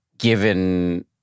given